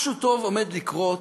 משהו טוב עומד לקרות,